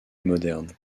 modernes